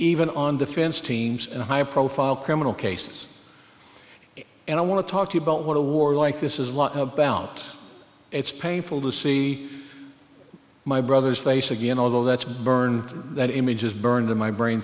even on defense teams and high profile criminal cases and i want to talk to you about what a war like this is lot about it's painful to see my brother's face again although that's burned that image is burned in my brain